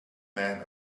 man